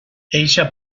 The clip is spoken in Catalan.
eixa